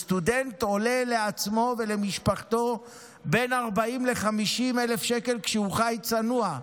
סטודנט עולה לעצמו ולמשפחתו בין 40,000 ל-50,000 שקל כשהוא חי צנוע,